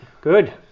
Good